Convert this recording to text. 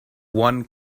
one